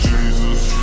Jesus